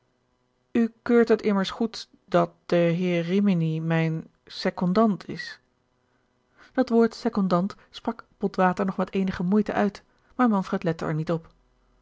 keurt het immers goed dat de heer rimini mijn secondant is dat woord secondant sprak botwater nog met eenige moeite uit maar manfred lette er niet op